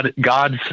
God's